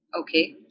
okay